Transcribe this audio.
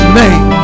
name